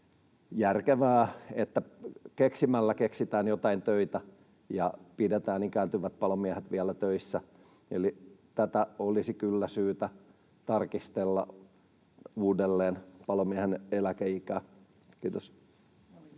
järkevää, että keksimällä keksitään jotain töitä ja pidetään ikääntyvät palomiehet vielä töissä. Eli olisi kyllä syytä tarkistella uudelleen palomiehen eläkeikää. — Kiitos.